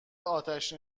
آتش